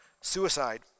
Suicide